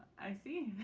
i see,